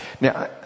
Now